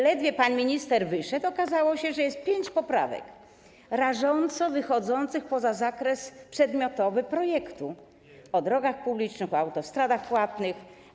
Ledwie pan minister wyszedł, okazało się, że jest pięć poprawek rażąco wychodzących poza zakres przedmiotowy projektu - o drogach publicznych, o autostradach płatnych.